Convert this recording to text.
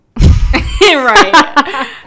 right